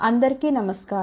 అందరికి నమస్కారం